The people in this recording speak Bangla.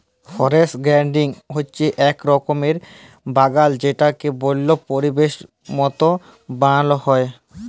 ফরেস্ট গার্ডেনিং হচ্যে এক রকমের বাগাল যেটাকে বল্য পরিবেশের মত বানাল হ্যয়